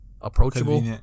approachable